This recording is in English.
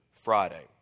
Friday